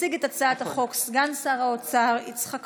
הצעת חוק ההתייעלות הכלכלית (תיקוני חקיקה